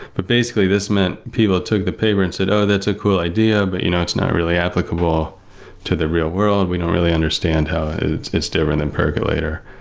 but basically, this meant people took the paper and said, oh, that's a cool idea, but you know it's not really applicable to the real world. we don't really understand how it's different than percolator.